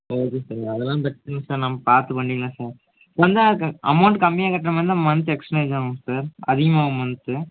okay sir அதெல்லாம் பிரச்சின இல்லை சார் நம்ம பார்த்து பண்ணிக்கலாம் சார் கொஞ்சம் க அமௌண்ட் கம்மியா கட்டுற மாதிரி இருந்தால் மன்த்து எக்ஸ்டேஜ் ஆகும் சார் அதிகமாகும் மன்த்து